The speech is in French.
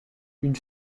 une